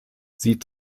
sie